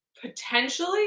potentially